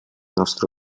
nostre